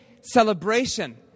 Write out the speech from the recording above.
celebration